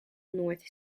north